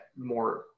more